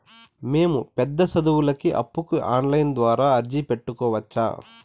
మేము పెద్ద సదువులకు అప్పుకి ఆన్లైన్ ద్వారా అర్జీ పెట్టుకోవచ్చా?